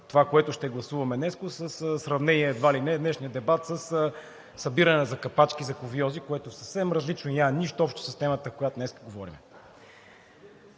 това, което ще гласуваме днес, със сравнение, едва ли не, събиране на капачки за кувьози, което е съвсем различно и няма нищо общо с темата, за която днес говорим.